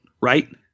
right